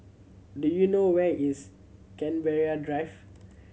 do you know where is Canberra Drive